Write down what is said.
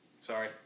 sorry